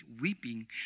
weeping